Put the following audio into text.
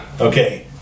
Okay